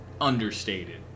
understated